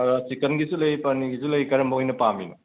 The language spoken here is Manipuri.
ꯆꯤꯛꯀꯟꯒꯤꯖꯨ ꯂꯩ ꯄꯅꯤꯔꯒꯤꯁꯨ ꯂꯩ ꯀꯔꯝꯕ ꯑꯣꯏꯅ ꯄꯥꯝꯃꯤꯅꯣ